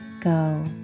go